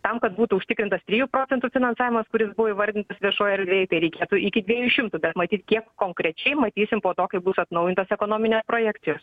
tam kad būtų užtikrintas trijų procentų finansavimas kuris buvo įvardintas viešoj erdvėj reikėtų iki dviejų šimtų bet matyt kiek konkrečiai matysim po to kai bus atnaujintos ekonominė projekcijos